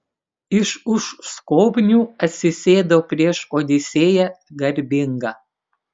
ir už skobnių atsisėdo prieš odisėją garbingą